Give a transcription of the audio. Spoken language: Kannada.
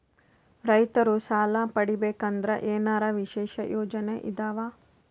ರೈತರು ಸಾಲ ಪಡಿಬೇಕಂದರ ಏನರ ವಿಶೇಷ ಯೋಜನೆ ಇದಾವ?